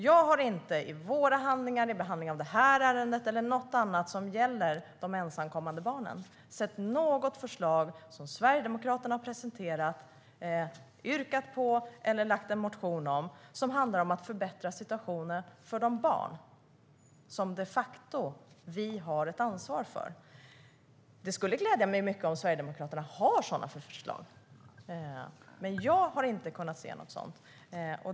Jag har inte i våra handlingar, i behandlingen av detta ärende eller i något annat som gäller de ensamkommande barnen sett något förslag som Sverigedemokraterna har presenterat, yrkat på eller lämnat in en motion om som handlar om att förbättra situationen för de barn vi de facto har ett ansvar för. Det skulle glädja mig mycket om Sverigedemokraterna hade sådana förslag, men jag har inte kunnat se något sådant.